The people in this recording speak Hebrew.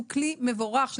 שהוא כלי מבורך,